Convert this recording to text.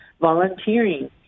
volunteering